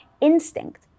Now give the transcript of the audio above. instinct